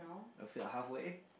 filled halfway